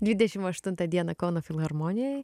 dvidešim aštuntą dieną kauno filharmonijoj